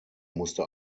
musste